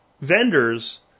vendors